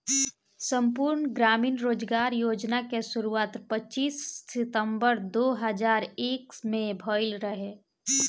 संपूर्ण ग्रामीण रोजगार योजना के शुरुआत पच्चीस सितंबर दो हज़ार एक में भइल रहे